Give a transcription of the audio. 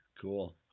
Cool